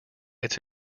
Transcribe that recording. its